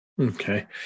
Okay